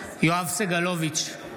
סגלוביץ'